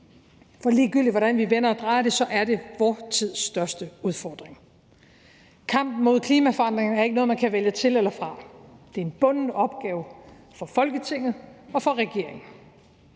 for ligegyldigt hvordan vi vender og drejer det, så er det vor tids største udfordring. Kampen mod klimaforandringerne er ikke noget, man kan vælge til eller fra. Det er en bunden opgave for Folketinget og for regeringen.